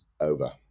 over